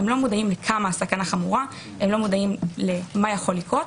הם לא מודעים כמה הסכנה חמורה, מה יכול לקרות.